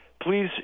please